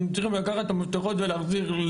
הם צריכים לקחת את המפתחות ולהחזיר.